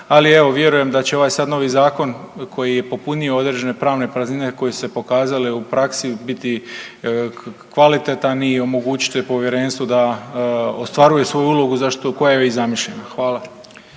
ali evo vjerujem da će ovaj sad novi zakon koji je popunio određene pravne praznine koje su se pokazale u praksi biti kvalitetan i omogućiti povjerenstvu da ostvaruje svoju ulogu zašto, koja joj je i zamišljena. Hvala.